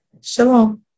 Shalom